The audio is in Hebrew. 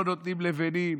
לא נותנים לבנים,